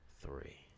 Three